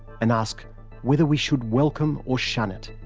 and ask whether we should welcome or shun it.